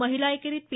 महिला एकेरीत पी